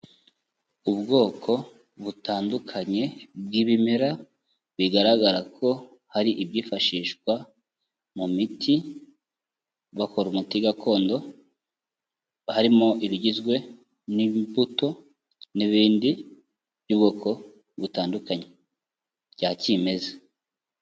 Ubwoko butandukanye bw'ibimera bigaragara ko hari ibyifashishwa mu miti bakora umuti gakondo, harimo ibigizwe n'ibimbuto n'ibindi by'ubwoko butandukanye bya kimeza.